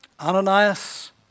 Ananias